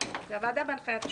הוועדה בהנחיית השופט.